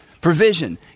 Provision